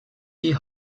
die